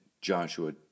Joshua